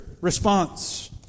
response